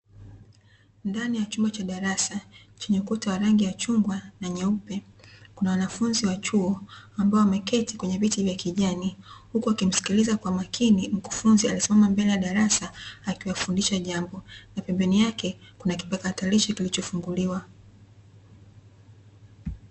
Ndani ya chumba cha darasa chenye ukuta wa rangi ya chungwa na nyeupe, kuna wanafunzi wa chuo ambao wameketi kwenye viti vya kijani, huku wakimsikiliza kwa makini mkufunzi aliyesimama mbele ya darasa akiwafundisha jambo, na pembeni yake kuna kipakatalishi kilichofunguliwa.